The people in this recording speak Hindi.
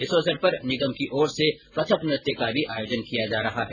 इस अवसर पर निगम की ओर से कथक नृत्य का भी आयोजन किया जा रहा है